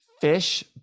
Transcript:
Fish